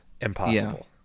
impossible